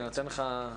אני אחמיא לך,